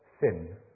sin